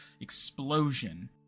explosion